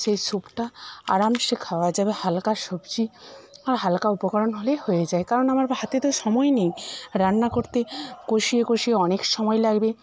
সেই স্যুপটা আরামসে খাওয়া যাবে হালকা সবজি আর হালকা উপকরণ হলেই হয়ে যায় কারণ আমার হাতে তো সময় নেই রান্না করতে কষিয়ে কষিয়ে অনেক সময় লাগবে